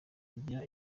kugira